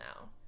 now